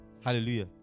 Hallelujah